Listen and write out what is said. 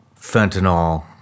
fentanyl